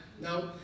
No